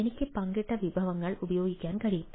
എനിക്ക് പങ്കിട്ട വിഭവങ്ങൾ ഉപയോഗിക്കാൻ കഴിയും